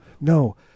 No